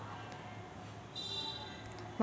मले कितीक वर्षासाठी बिमा काढता येईन?